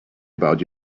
about